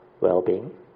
well-being